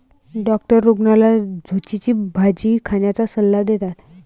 doctor रुग्णाला झुचीची भाजी खाण्याचा सल्ला देतात